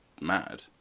mad